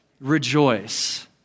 Rejoice